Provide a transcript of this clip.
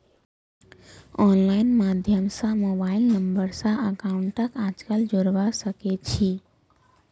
online माध्यम स mobile number स अकाउंटक आजकल जोडवा सके छी